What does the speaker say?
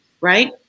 right